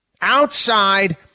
Outside